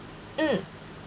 mm